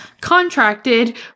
contracted